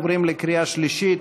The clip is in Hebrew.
עוברים לקריאה שלישית,